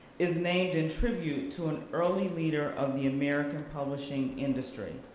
is named in tribute to an early leader of the american publishing industry.